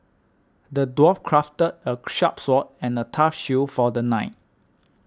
the dwarf crafted a sharp sword and a tough shield for the knight